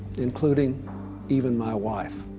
including even my wife.